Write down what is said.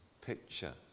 picture